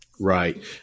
Right